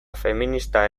feminista